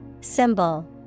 Symbol